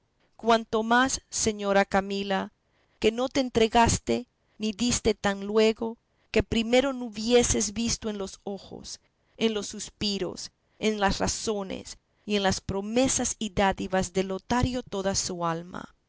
cuanto más señora camila que no te entregaste ni diste tan luego que primero no hubieses visto en los ojos en los suspiros en las razones y en las promesas y dádivas de lotario toda su alma